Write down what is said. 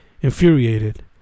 Infuriated